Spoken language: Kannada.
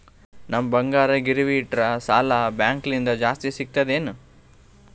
ನಮ್ ಬಂಗಾರ ಗಿರವಿ ಇಟ್ಟರ ಸಾಲ ಬ್ಯಾಂಕ ಲಿಂದ ಜಾಸ್ತಿ ಸಿಗ್ತದಾ ಏನ್?